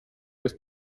with